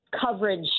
coverage